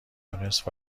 تونست